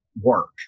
work